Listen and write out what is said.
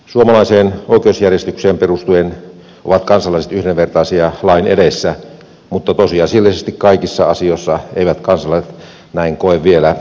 suomalaiseen oikeusjärjestykseen perustuen ovat kansalaiset yhdenvertaisia lain edessä mutta tosiasiallisesti kaikissa asioissa eivät kansalaiset näin koe vielä olevan